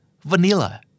vanilla